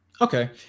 okay